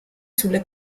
sulle